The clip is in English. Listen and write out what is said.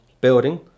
building